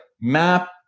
map